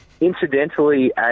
incidentally